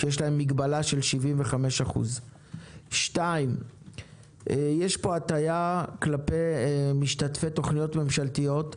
כשיש להם מגבלה של 75%. 2. יש פה הטיה כלפי משתתפי תוכניות ממשלתיות,